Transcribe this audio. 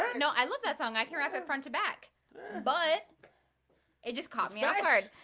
no, i loved that song. i hear of it front to back but it just cost me. alright,